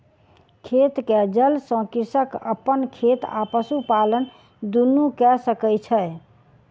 खेत के जल सॅ कृषक अपन खेत आ पशुपालन दुनू कय सकै छै